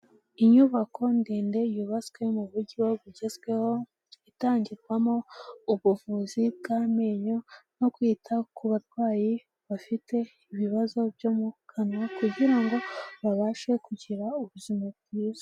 Inyubako ndende yubatswe mu buryo bugezweho, itangirwamo ubuvuzi bw'amenyo no kwita ku barwayi bafite ibibazo byo mu kanwa, kugira ngo babashe kugira ubuzima bwiza.